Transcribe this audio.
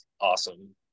awesome